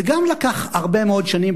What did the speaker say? זה גם לקח הרבה מאוד שנים,